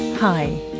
Hi